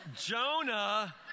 Jonah